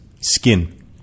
Skin